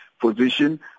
Position